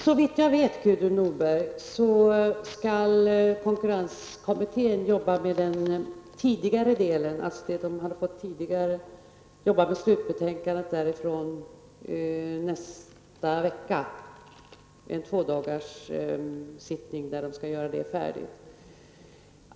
Såvitt jag vet, Gudrun Norberg, skall konkurrenskommittén jobba med sitt slutbetänkande utifrån de tidigare direktiven under en tvådagarssittning i nästa vecka, då den skall bli färdig härmed.